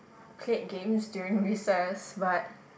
play games during recess but